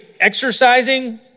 exercising